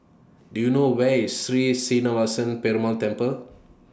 Do YOU know Where IS Sri Srinivasa Perumal Temple